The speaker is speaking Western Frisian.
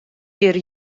hjir